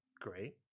Great